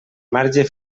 marge